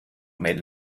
made